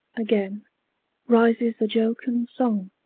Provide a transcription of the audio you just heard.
again rises the jocund song,